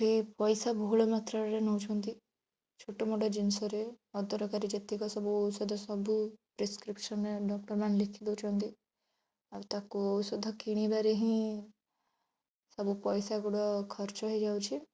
ପାଇସା ବହୁଳ ମାତ୍ରାରେ ନେଉଛନ୍ତି ଛୋଟମୋଟ ଜିନିଷରେ ଅଦରକାରୀ ଯେତିକି ସବୁ ଔଷଧ ସବୁ ମାନେ ପ୍ରେସ୍କ୍ରିପ୍ସନ୍ ଡକ୍ଟର୍ ମାନେ ଲେଖି ଦେଉଛନ୍ତି ଆଉ ତାକୁ ଔଷଧ କିଣିବାରେ ହିଁ ସବୁ ପଇସା ଗୁଡ଼ିକ ଖର୍ଚ୍ଚ ହେଇଯାଉଛି